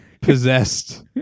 possessed